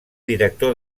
director